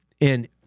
And-